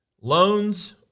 Loans